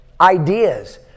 ideas